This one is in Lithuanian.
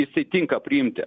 jisai tinka priimti